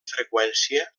freqüència